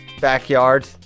Backyard